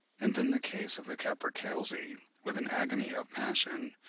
and in the case of the capercailzie with an agony of passion,